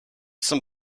some